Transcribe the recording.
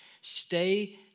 stay